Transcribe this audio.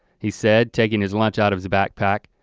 he said, taking his lunch out of his backpack.